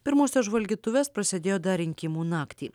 pirmosios žvalgytuvės prasidėjo dar rinkimų naktį